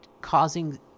causing